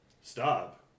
stop